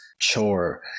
chore